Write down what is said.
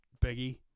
Biggie